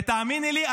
ותאמיני לי,